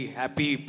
happy